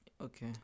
Okay